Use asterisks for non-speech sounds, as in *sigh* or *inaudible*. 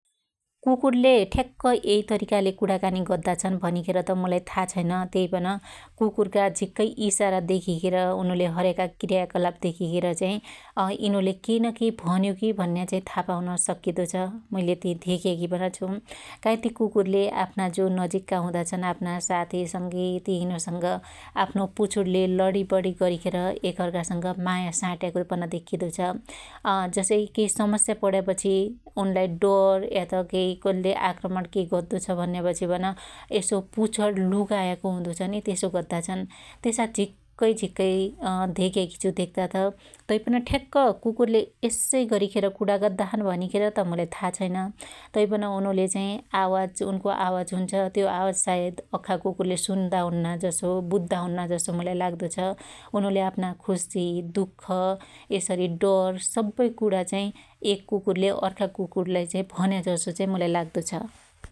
कुकुरले ठ्याक्कै यै तरीकाले कुराकानि गद्दा छन भनिखेर त मुलाई थाहा छैन त्यईपन कुकुरका झिक्कै ईशारा देकिखेर उनुले हर्याका किर्याकलाप देकिखेर पन चाहि *hesitation* यिनुले केइनकेइ भन्योकी भन्या चाहि था पाउस नकिदो छ मैले ति धेक्याकि पन छु । काईथि कुकुरले आफ्ना जो नजिकका हुदाछन आफ्ना साथि संगि तिनुसंग आफ्नो पुछुणले लणिबुणि गरिखेर एक अर्कासंग माया साट्याको पन देख्खीदो छ । जसै कै सकस्या पड्यापछि उनलाई डर या त कै कन्द्यै आक्रमण कै गद्दो छ भन्यापछि पन यसो पुछण लुकायाको हुदो छनि त्यसो गद्दा छन । त्यसा झीक्कै झिक्कै धेक्याकी छु धेक्तात तैपन कुकुरले ठ्याक्कै कुकरले यस्सैगरी कुणा गद्दा छन भनिखेर त मुलाई था छैन तैपन *hesitation* उनको आवाज हुन्छ त्यो आवाज सायद अख्खा कुकुरले सुन्दा हुन्ना जसो बुद्दाहुन्ना जसो मुलाई लाग्दो छ । उनुले आफ्ना खुशी दुख यसरी डर सब्बै कणा चाहि यक कुकुरले अर्का कुकुरलाई भन्या जसो चाइ लाग्लो छ ।